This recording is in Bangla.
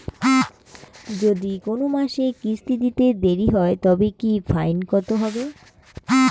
যদি কোন মাসে কিস্তি দিতে দেরি হয় তবে কি ফাইন কতহবে?